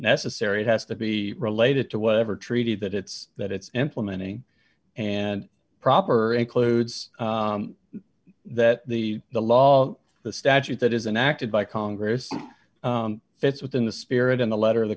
necessary it has to be related to whatever treaty that it's that it's implementing and proper includes that the the law the statute that is an acted by congress fits within the spirit in the letter of